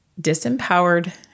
disempowered